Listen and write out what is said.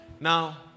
Now